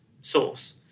source